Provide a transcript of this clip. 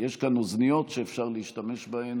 יש כאן אוזניות שאפשר להשתמש בהן